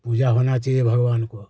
पूजा होना चाहिए भगवान को